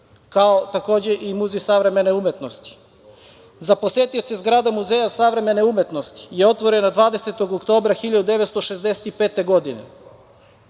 kao, takođe, i Muzej savremene umetnosti. Za posetioce zgrada Muzeja savremene umetnosti je otvorena 20. oktobra 1965. godine,